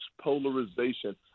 polarization